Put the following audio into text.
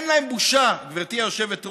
אין להם בושה, גברתי היושבת-ראש.